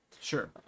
Sure